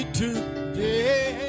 today